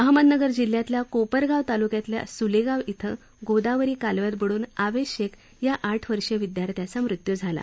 अहमदनगर जिल्ह्यातल्या कोपरगाव तालुक्यातल्या सुलेगाव इथं गोदावरी कालव्यात बुडुन आवेश शेख या आठ वर्षीय विद्यार्थ्याचा मृत्यू झाला